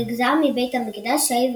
הנגזר מ"בית המקדש" העברי.